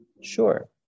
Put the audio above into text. Sure